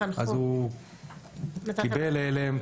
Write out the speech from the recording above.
הוא קיבל הלם,